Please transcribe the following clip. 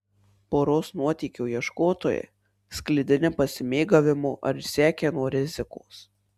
poros nuotykio ieškotojai sklidini pasimėgavimo ar išsekę nuo rizikos